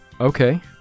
okay